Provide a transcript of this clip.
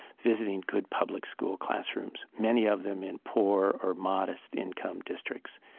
visiting good public school classrooms many of them in poor or modest income districts,